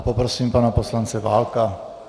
Poprosím pana poslance Válka.